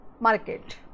market